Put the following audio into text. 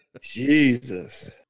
Jesus